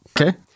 Okay